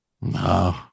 No